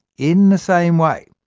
in the same way,